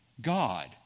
God